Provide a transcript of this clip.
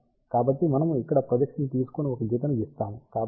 కాబట్టి మనము ఇక్కడ ప్రొజెక్షన్ తీసుకొని ఇక్కడ ఒక గీతను గీస్తాము